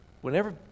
whenever